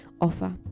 offer